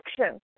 action